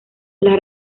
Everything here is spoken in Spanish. las